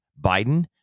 Biden